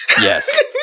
Yes